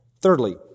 Thirdly